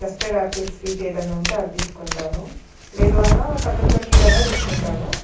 custard apple sweet ఏదన్నా ఉంటే అది తీసుకుంటాను లేదు అన్నా కద్దు కా ఖీర్ అన్నా తీసుకుంటాను